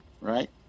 right